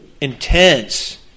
intense